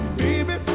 baby